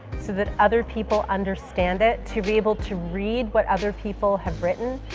so that other people understand it, to be able to read what other people have written,